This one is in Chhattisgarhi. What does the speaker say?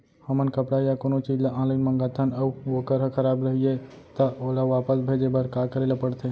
हमन कपड़ा या कोनो चीज ल ऑनलाइन मँगाथन अऊ वोकर ह खराब रहिये ता ओला वापस भेजे बर का करे ल पढ़थे?